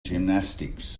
gymnastics